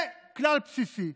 זה כלל בסיסי.